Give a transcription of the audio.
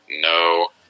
no